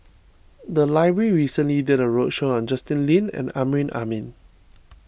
the library recently did a roadshow on Justin Lean and Amrin Amin